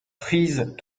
prise